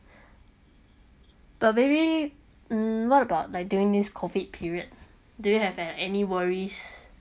but maybe mm what about like during this COVID period do you have an any worries